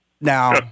Now